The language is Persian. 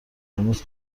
قرمز